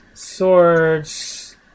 Swords